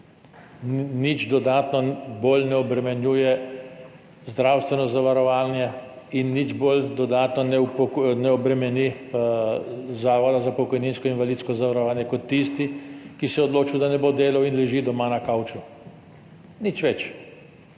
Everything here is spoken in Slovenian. bolj dodatno ne obremenjuje zdravstvenega zavarovanja in nič bolj dodatno ne obremeni Zavoda za pokojninsko in invalidsko zavarovanje kot tisti, ki se je odločil, da ne bo delal in leži doma na kavču. Nič več.